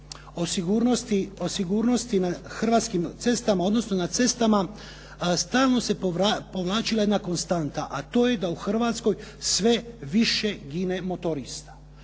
o sigurnosti na hrvatskim cestama, odnosno na cestama, stalno se povlačila jedna konstanta a to je da u Hrvatskoj sve više gine motorista.